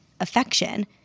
affection